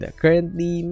currently